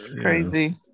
crazy